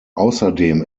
außerdem